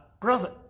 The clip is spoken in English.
brother